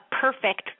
perfect